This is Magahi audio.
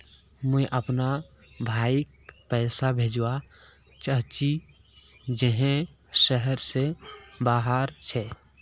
मुई अपना भाईक पैसा भेजवा चहची जहें शहर से बहार छे